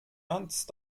ernst